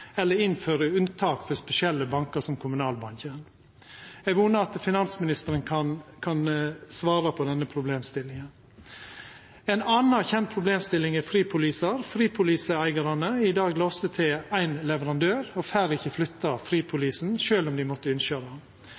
eller innfører unntak for spesielle bankar, som Kommunalbanken. Eg vonar at finansministeren kan svara på denne problemstillinga. Ei anna kjend problemstilling er fripolisar. Fripoliseeigarane er i dag låste til éin leverandør og får ikkje flytta fripolisen sjølv om dei måtte ynskja det.